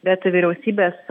bet vyriausybės